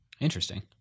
Interesting